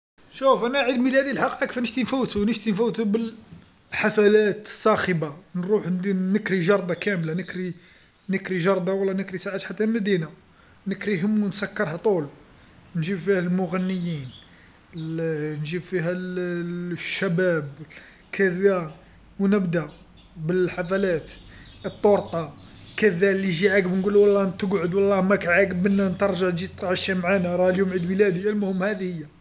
شوف أنا عيد ميلادي الحق أكثر نشتي نفوتو نشتي نفوتو بال- الحفلات الصاخبه، نروح ندير نكري جرده كامله نكري نكري جردة ولا نكري ساعات حتى المدينة، نكريهم ونسكرها طول، نجيب فيها المغنيين، نجيب فيها الشباب، كذا، ونبدا بالحفلات، الطورطه، كذا اللي يجي يعاقب نقولو والله تقعد والله ماك عاقب منا ترجع تجي تتعشى معانا راه اليوم عيد ميلادي، المهم هادي هي.